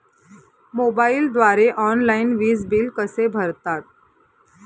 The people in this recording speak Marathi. मोबाईलद्वारे ऑनलाईन वीज बिल कसे भरतात?